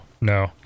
no